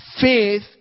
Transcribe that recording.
faith